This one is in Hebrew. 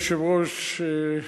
אדוני היושב-ראש,